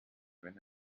wenn